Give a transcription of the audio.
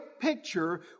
picture